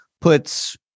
puts